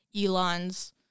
Elon's